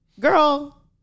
Girl